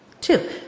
Two